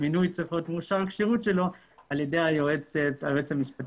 המינוי צריך להיות מאושר על ידי היועץ המשפטי